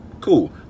cool